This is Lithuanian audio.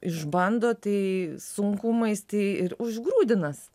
išbando tai sunkumais tai ir užgrūdina